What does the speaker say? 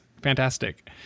Fantastic